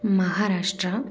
Maharashtra